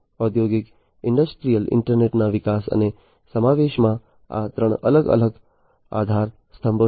ઔદ્યોગિક ઈન્ટરનેટના વિકાસ અને સમાવેશમાં આ ત્રણ અલગ અલગ આધારસ્તંભો છે